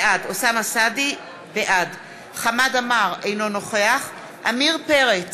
בעד חמד עמאר, אינו נוכח עמיר פרץ,